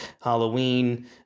Halloween